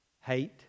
hate